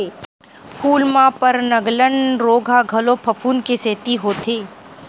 फूल म पर्नगलन रोग ह घलो फफूंद के सेती होथे